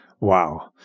Wow